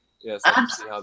yes